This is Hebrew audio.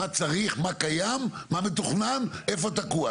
מה צריך, מה קיים, מה תוכנן, איפה תקוע.